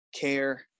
care